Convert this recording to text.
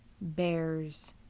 bears